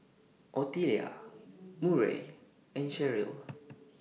Ottilia Murray and Sharyl